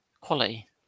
Quality